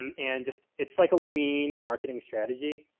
and and just, it's like a lean marketing strategy.